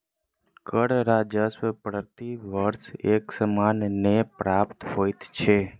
कर राजस्व प्रति वर्ष एक समान नै प्राप्त होइत छै